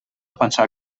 pensar